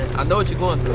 and what you going through.